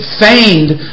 feigned